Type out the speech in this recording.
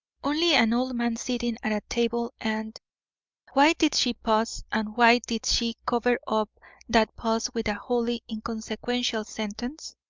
only an old man sitting at a table and why did she pause, and why did she cover up that pause with a wholly inconsequential sentence?